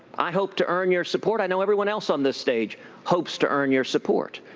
i hope to earn your support. i know everyone else on this stage hopes to earn your support.